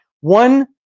one